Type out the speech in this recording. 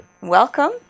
Welcome